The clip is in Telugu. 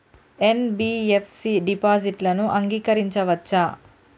ఎన్.బి.ఎఫ్.సి డిపాజిట్లను అంగీకరించవచ్చా?